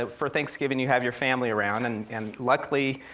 ah for thanksgiving, you have your family around, and and luckily,